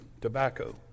tobacco